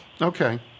Okay